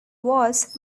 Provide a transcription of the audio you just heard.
was